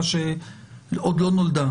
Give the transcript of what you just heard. אם זה אחד לפה,